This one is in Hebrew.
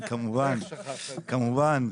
כמובן.